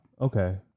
Okay